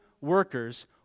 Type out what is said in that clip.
workers